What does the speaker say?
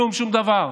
כלום, שום דבר.